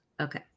okay